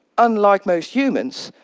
unlike most humans,